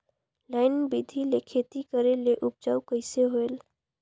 Line बिधी ले खेती करेले उपजाऊ कइसे होयल?